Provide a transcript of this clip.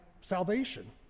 salvation